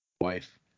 Wife